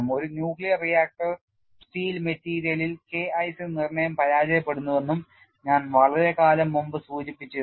ഒരു nuclear reactor steel മെറ്റീരിയലിൽ K IC നിർണ്ണയം പരാജയപ്പെടുന്നുവെന്നും ഞാൻ വളരെക്കാലം മുമ്പ് സൂചിപ്പിച്ചിരുന്നു